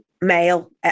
male